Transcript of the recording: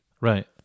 Right